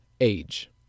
age